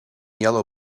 yellow